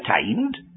attained